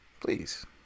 please